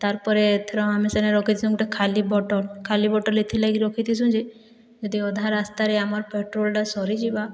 ତାର୍ ପରେ ଏଥର ଆମେ ସେନେ ରଖିଛୁଁ ଗୁଟେ ଖାଲି ବୋଟଲ ଖାଲି ବୋଟଲ ଏଥିର୍ ଲାଗି ରଖିଥିସୁଁ ଯେ ଯଦି ଅଧା ରାସ୍ତାରେ ଆମର୍ ପେଟ୍ରୋଲଟା ସରିଯିବା